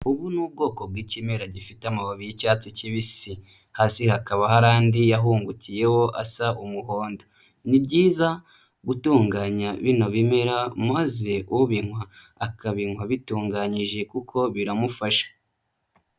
Ubu ni ubwoko bw'ikimera gifite amababi y'icyatsi kibisi, hasi hakaba hari andi yahungukiyeho asa umuhondo, ni byiza gutunganya bino bimera maze ubinywa akabinywa bitunganyije kuko biramufasha.